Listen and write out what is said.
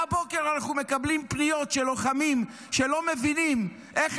מהבוקר אנחנו מקבלים פניות של לוחמים שלא מבינים איך